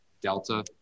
delta